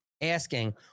asking